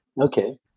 Okay